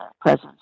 presence